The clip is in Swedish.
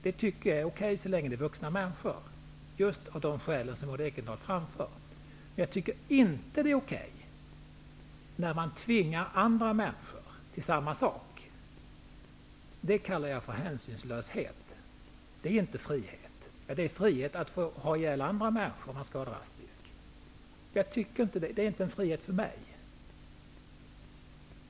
Det är okej, så länge det är fråga om vuxna människor just av de skäl som Maud Ekendahl framför. Men jag tycker inte att det är okej när man tvingar andra människor till samma sak. Det kallar jag för hänsynslöshet, inte frihet. Det är förstås en frihet att ha ihjäl andra människor, om man skall uttrycka sig drastiskt. Men det är inte en frihet för mig.